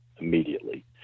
immediately